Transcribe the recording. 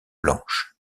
blanche